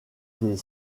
des